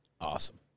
Awesome